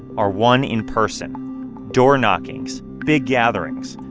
are won in person door knocking, big gatherings.